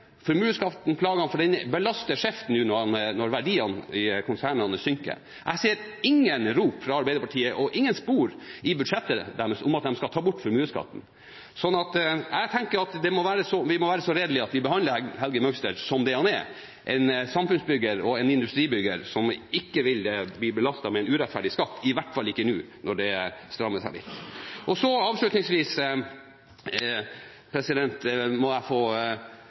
Formuesskatten plaget ham, for den belaster skjevt når verdiene i konsernene synker. Jeg ser ikke noen rop fra Arbeiderpartiet og ikke noe spor i budsjettet deres om at de skal ta bort formuesskatten. Jeg tenker at vi må være så redelige at vi behandler Helge Møgster som det han er – en samfunnsbygger og en industribygger, som ikke ville bli belastet med en urettferdig skatt, iallfall ikke nå når det strammer seg litt til. Avslutningsvis må jeg få